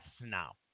now